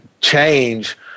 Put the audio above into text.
change